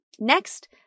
Next